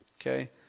Okay